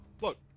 Look